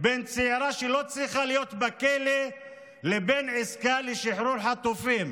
בין צעירה שלא צריכה להיות בכלא לבין עסקה לשחרור חטופים.